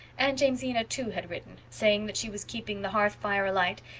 aunt jamesina, too, had written, saying that she was keeping the hearth-fire alight,